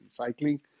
recycling